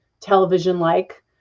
television-like